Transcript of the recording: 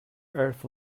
earth